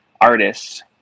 artists